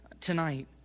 tonight